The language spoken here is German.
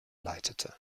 leitete